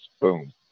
Boom